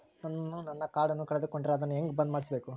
ನಾನು ನನ್ನ ಕಾರ್ಡನ್ನ ಕಳೆದುಕೊಂಡರೆ ಅದನ್ನ ಹೆಂಗ ಬಂದ್ ಮಾಡಿಸಬೇಕು?